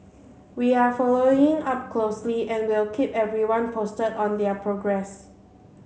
we are following up closely and will keep everyone posted on their progress